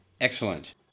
Excellent